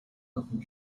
nothing